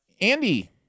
Andy